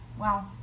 Wow